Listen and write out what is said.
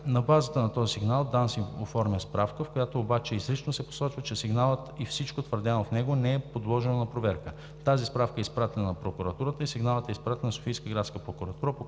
На базата на този сигнал ДАНС оформя справка, в която обаче изрично се посочва, че сигналът и всичко твърдяно в него не е подложено на проверка. Тази справка е изпратена на прокуратурата и сигналът е изпратен на Софийска градска прокуратура